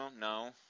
no